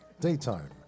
daytime